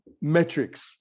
metrics